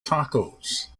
tacos